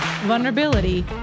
vulnerability